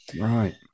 Right